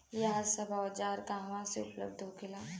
यह सब औजार कहवा से उपलब्ध होखेला?